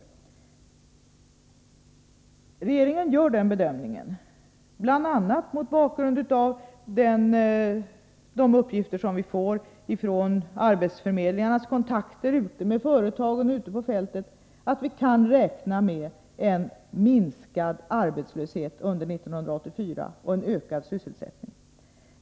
4 Regeringen gör bedömningen, bl.a. mot bakgrund av de uppgifter som vi får från arbetsförmedlingarnas kontakter med företagen och ute på fältet, att vi kan räkna med en minskad arbetslöshet och en ökad sysselsättning under 1984.